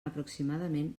aproximadament